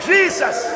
Jesus